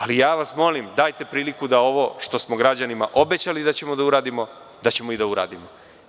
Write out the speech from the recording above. Molim vas, dajte priliku da ovo što smo građanima obećali da ćemo da uradimo, da ćemo i da uradimo.